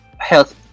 health